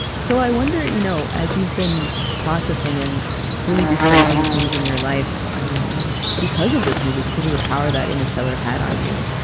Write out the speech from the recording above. so i wonder, you know as you've been processing and really reframing things in your life um because of this movie, because of the power that interstellar had on you,